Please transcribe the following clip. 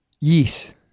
Yes